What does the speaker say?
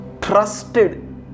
trusted